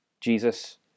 Jesus